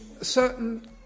certain